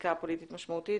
הזיקה הפוליטית משמעותית.